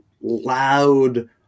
loud